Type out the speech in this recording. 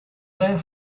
their